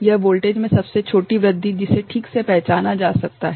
यह वोल्टेज में सबसे छोटी वृद्धि है जिसे ठीक से पहचाना जा सकता है